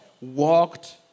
walked